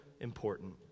important